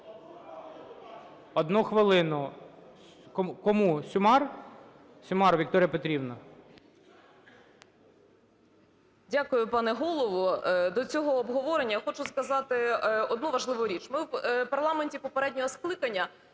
одну хвилину, кому? Сюмар? Сюмар Вікторія Петрівна. 11:39:20 СЮМАР В.П. Дякую пане Голово! До цього обговорення хочу сказати одну важливу річ, ми в парламенті попереднього скликання